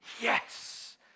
Yes